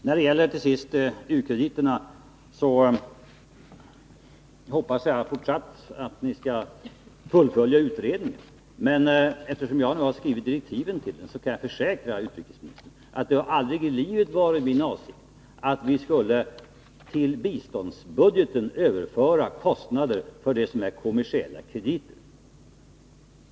När det till sist gäller u-landskrediterna hoppas jag fortsatt att ni skall fullfölja utredningen. Eftersom jag har skrivit direktiven till den kan jag försäkra utrikesministern att det aldrig i livet har varit min avsikt att vi skulle till biståndsbudgeten överföra kostnader för kommersiella krediter.